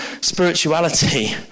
spirituality